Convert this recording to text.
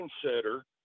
consider